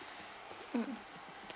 mm